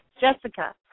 Jessica